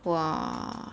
!wah!